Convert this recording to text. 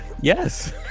Yes